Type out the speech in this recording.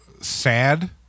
sad